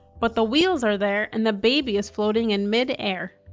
but the wheels are there and the baby is floating in mid air.